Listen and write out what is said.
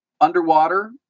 underwater